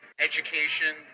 education